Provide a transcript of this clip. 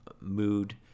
mood